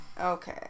Okay